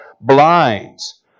blinds